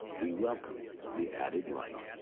we welcome the added light.